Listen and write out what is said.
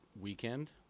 weekend